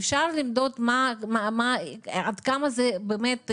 אפשר למדוד עד כמה זה באמת מזיק.